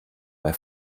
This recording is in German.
bei